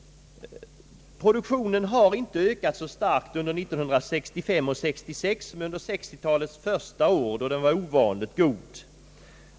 Produktionen har inte ökat så starkt under 1965 och 1966 som under 1960 talets första år, då ökningen var ovanligt god.